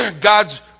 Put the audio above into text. God's